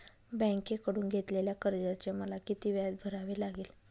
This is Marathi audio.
बँकेकडून घेतलेल्या कर्जाचे मला किती व्याज भरावे लागेल?